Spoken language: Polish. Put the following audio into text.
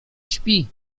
śpi